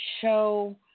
show